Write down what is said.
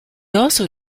also